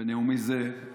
בנאומי זה,